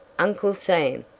uncle sam,